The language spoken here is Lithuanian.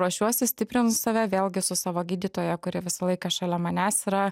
ruošiuosi stiprinu save vėlgi su savo gydytoja kuri visą laiką šalia manęs yra